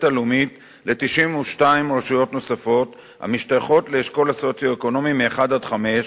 הלאומית ל-92 רשויות נוספות המשתייכות לאשכולות הסוציו-אקונומיים 1 5,